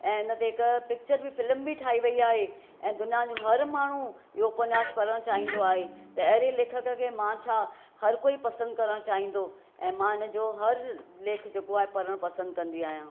इन ते हिकु पिक्चर फिल्म बि ठाही वेई आहे ऐं दुनिया जो हर माण्हू इहो उपन्यास पढ़णु चाहींदो आहे त अहिड़े लेखक खे मां छा हरकोई पसंदि करणु चाहींदो ऐं इन जो हर लेख जेको आहे पढ़णु पसंदि कंदी आहियां